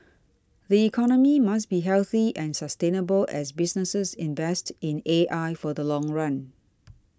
the economy must be healthy and sustainable as businesses invest in A I for the long run